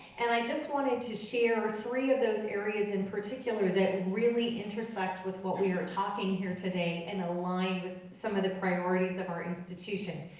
and i just wanted to share three of those areas in particular that and really intersect with what we are talking here today and align with some of the priorities of our institution.